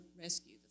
rescue